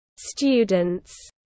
students